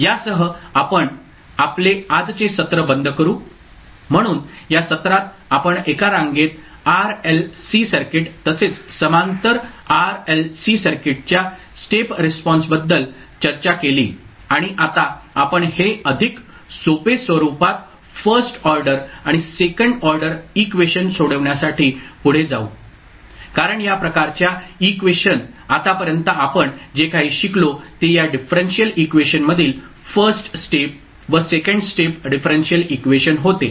यासह आपण आपले आजचे सत्र बंद करू म्हणून या सत्रात आपण एका रांगेत RLC सर्किट तसेच समांतर RLC सर्किटच्या स्टेप रिस्पॉन्सबद्दल चर्चा केली आणि आता आपण हे अधिक सोपे स्वरूपात फर्स्ट ऑर्डर आणि सेकंड ऑर्डर इक्वेशन सोडविण्यासाठी पुढे जाऊ कारण या प्रकारच्या इक्वेशन आतापर्यंत आपण जे काही शिकलो ते या डिफरेंशियल इक्वेशन मधील फर्स्ट स्टेप व सेकंड स्टेप डिफरेंशियल इक्वेशन होते